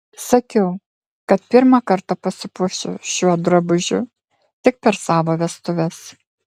sakiau kad pirmą kartą pasipuošiu šiuo drabužiu tik per savo vestuves